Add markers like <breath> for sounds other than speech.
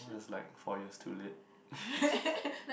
oh is like four years too late <breath>